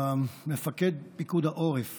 מפקד פיקוד העורף